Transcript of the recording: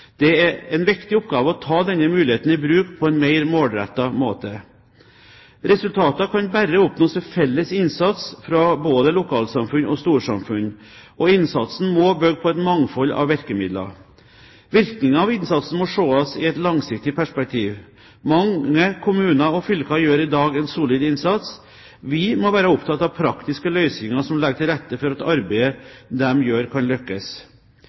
Det er en viktig oppgave å ta denne muligheten i bruk på en mer målrettet måte. Resultater kan bare oppnås ved felles innsats fra både lokalsamfunn og storsamfunn, og innsatsen må bygge på et mangfold av virkemidler. Virkningene av innsatsen må ses i et langsiktig perspektiv. Mange kommuner og fylker gjør i dag en solid innsats. Vi må være opptatt av praktiske løsninger som legger til rette for at arbeidet de gjør, kan lykkes.